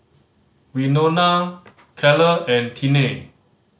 Wynona Kyler and Tiney